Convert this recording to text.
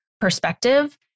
perspective